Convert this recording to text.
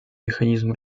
механизм